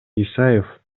исаев